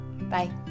bye